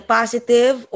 positive